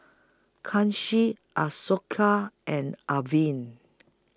Kanshi Ashoka and Arvind